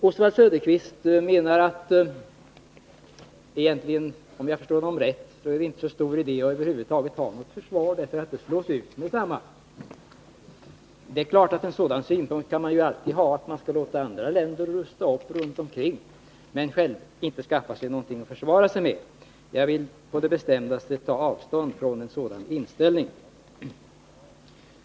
Oswald Söderqvist menar — om jag förstår honom rätt — att det egentligen inte är så stor idé att ha något försvar över huvud taget, eftersom det slås ut med det samma. Det är klart att man alltid kan ha en sådan synpunkt — att vi skall låta andra länder runt omkring rusta upp men själva inte skaffa oss någonting att försvara oss med. Jag vill på det bestämdaste ta avstånd från en sådan inställning.